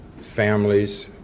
families